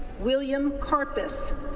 william karpus,